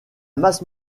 masse